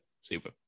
Super